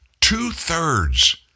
two-thirds